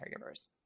caregivers